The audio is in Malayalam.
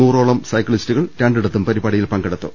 നൂറോളം സൈക്കിളി സ്റ്റുകൾ രണ്ടിടത്തും പരിപാടിയിൽ പങ്കെടുത്തു